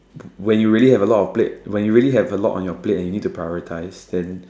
when you really have a lot of plate when you really have a lot on your plate and you need to prioritize then